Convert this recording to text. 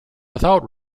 without